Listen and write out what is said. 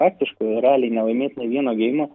praktiškai realiai nelaimėt nė vieno geimo